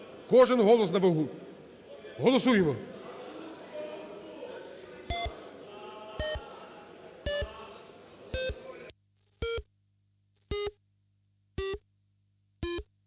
Кожен голос на вагу. Голосуємо.